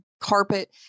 carpet